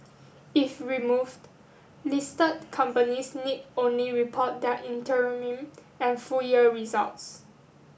if removed listed companies need only report their interim and full year results